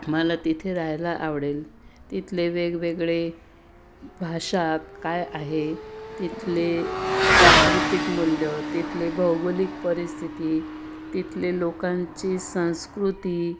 मला तिथे राहायला आवडेल तिथले वेगवेगळे भाषा काय आहे तिथले प्राकृतिक मूल्य तिथले भौगोलिक परिस्थिती तिथले लोकांची संस्कृती